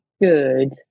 Good